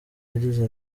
yagize